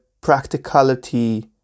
practicality